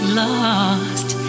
lost